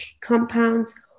compounds